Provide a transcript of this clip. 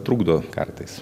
trukdo kartais